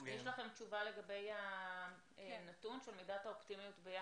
יש לכם תשובה לגבי הנתון של מידת האופטימיות?